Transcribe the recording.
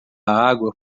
água